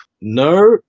No